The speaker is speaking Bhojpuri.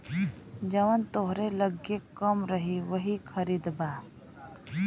जवन तोहरे लग्गे कम रही वही खरीदबा